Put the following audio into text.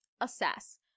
assess